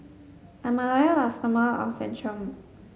I'm a loyal Lustomer of Centrum